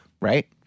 Right